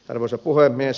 arvoisa puhemies